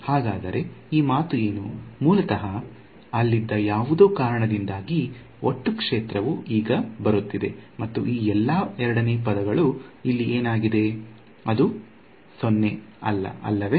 ಹಾಗಾದರೆ ಈ ಮಾತು ಏನು ಮೂಲತಃ ಅಲ್ಲಿದ್ದ ಯಾವುದೋ ಕಾರಣದಿಂದಾಗಿ ಒಟ್ಟು ಕ್ಷೇತ್ರವು ಈಗ ಬರುತ್ತಿದೆ ಮತ್ತು ಈ ಎಲ್ಲ ಎರಡನೆಯ ಪದಗಳು ಇಲ್ಲಿ ಏನಾಗಿದೆ ಅದು 0 ಅಲ್ಲ ಅಲ್ಲವೇ